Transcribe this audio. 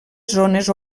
zones